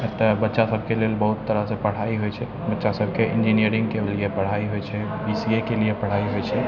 एतऽ बच्चा सबके लेल बहुत तरहसँ पढ़ाइ होइ छै बच्चा सबके इन्जिनियरिङ्गके लिए पढ़ाइ होइ छै बी सी ए के लिए पढ़ाइ होइ छै